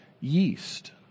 yeast